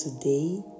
today